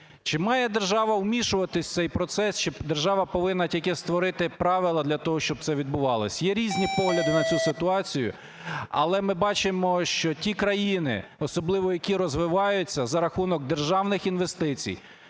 Має держава вмішуватися в цей процес чи держава повинна тільки створити правила для того, щоб це відбувалося? Є різні погляди на цю ситуацію, але ми бачили, що ті країни, які розвиваються за рахунок державних інвестицій,